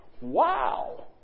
Wow